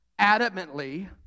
adamantly